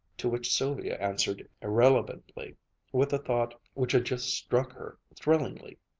to which sylvia answered irrelevantly with a thought which had just struck her thrillingly,